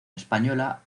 española